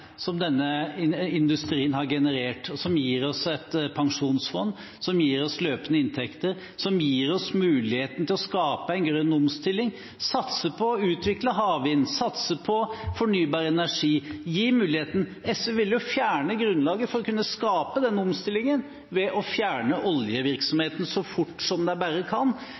denne industrien har generert, og som gir oss et pensjonsfond, som gir oss løpende inntekter, og som gir oss muligheten til å skape en grønn omstilling, satse på og utvikle havvind, satse på fornybar energi. SV vil jo fjerne grunnlaget for å kunne skape denne omstillingen ved å fjerne oljevirksomheten så fort de bare kan,